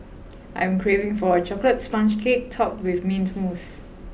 I am craving for a chocolate sponge cake topped with mint mousse